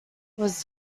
was